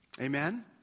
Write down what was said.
Amen